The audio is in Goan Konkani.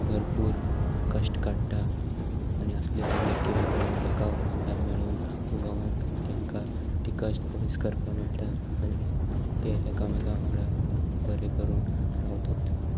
भरपूर कश्ट काडटा आनी असले सगळे खेळ खेळून लोकां वांगडा मेळून उलोवक तांकां ती कश्ट पयस करपाक मेळटा आनी ते एकामेक वांगडा बरें करून रावतात